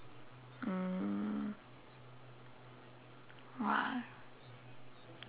mm !wah!